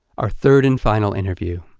our third and final interview.